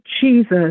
Jesus